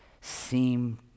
seem